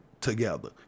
together